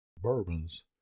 bourbons